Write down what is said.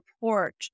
report